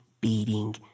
beating